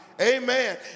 Amen